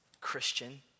Christian